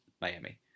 Miami